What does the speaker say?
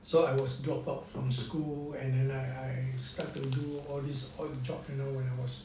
so I was dropped out from school and then I start to do all these odd jobs you know when I was